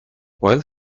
while